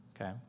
okay